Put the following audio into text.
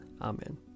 Amen